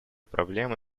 проблемы